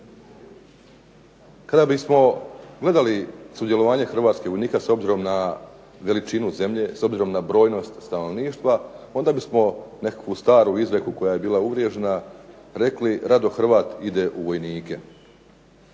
Kada bismo gledali sudjelovanje Hrvatske vojnika s obzirom na veličinu zemlje, s obzirom na brojnost stanovništva onda bismo nekakvu staru izreku koja je bila uvriježena rekli "Rado Hrvat ide u vojnike".